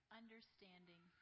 understanding